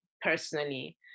personally